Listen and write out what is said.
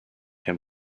him